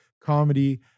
comedy